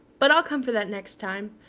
but i'll come for that next time.